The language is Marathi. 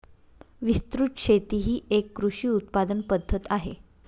विस्तृत शेती ही एक कृषी उत्पादन पद्धत आहे